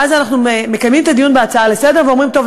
ואז אנחנו מקיימים את הדיון בהצעה לסדר-היום ואומרים: טוב,